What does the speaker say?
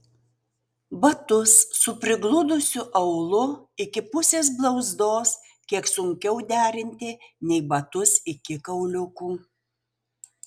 batus su prigludusiu aulu iki pusės blauzdos kiek sunkiau derinti nei batus iki kauliukų